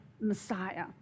Messiah